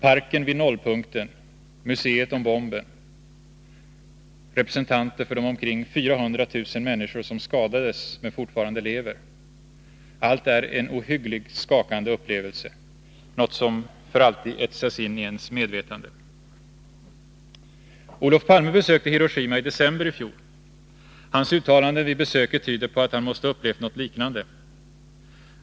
Parken vid nollpunkten, museet om bomben, representanter för de omkring 400 000 människor som skadades men fortfarande lever — allt är en ohyggligt skakande upplevelse, något som för alltid etsas in i ens medvetande. Olof Palme besökte Hiroshima i december i fjol. Hans uttalanden vid besöket tyder på att han måste ha upplevt något liknande.